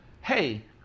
Hey